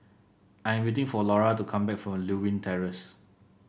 I am waiting for Lora to come back from Lewin Terrace